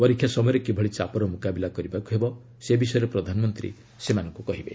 ପରୀକ୍ଷା ସମୟରେ କିଭଳି ଚାପର ମୁକାବିଲା କରିବାକୁ ହେବ ସେ ବିଷୟରେ ପ୍ରଧାନମନ୍ତ୍ରୀ କହିବେ